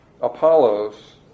Apollos